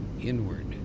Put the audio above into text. inward